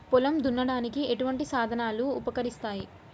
పొలం దున్నడానికి ఎటువంటి సాధనాలు ఉపకరిస్తాయి?